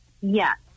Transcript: Yes